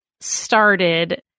started